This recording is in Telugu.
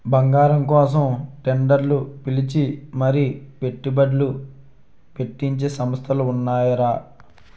బంగారం కోసం టెండర్లు పిలిచి మరీ పెట్టుబడ్లు పెట్టించే సంస్థలు ఉన్నాయిరా